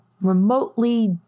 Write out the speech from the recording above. remotely